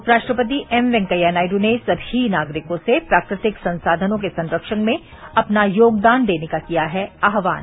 उपराष्ट्रपति एम वेंकैया नायडू ने सभी नागरिकों से प्राकृतिक संसाधनों के संरक्षण में अपना योगदान देने का किया है आह्वान